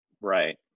Right